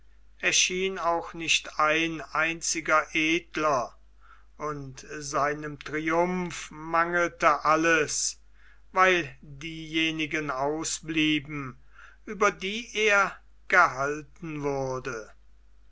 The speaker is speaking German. erschien auch nicht ein einziger edler und seinem triumph mangelte alles weil diejenigen ausblieben über die er gehalten wurde